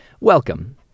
welcome